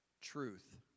truth